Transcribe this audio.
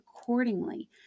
accordingly